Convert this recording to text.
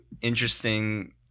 interesting